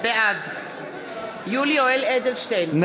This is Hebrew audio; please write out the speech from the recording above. בעד יולי יואל אדלשטיין,